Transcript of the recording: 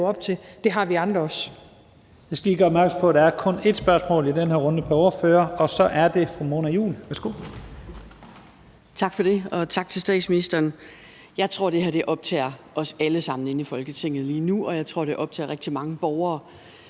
Det har vi andre også.